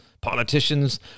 politicians